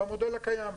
במודל הקיים.